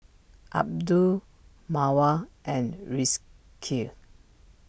Abdul Mawar and Rizqi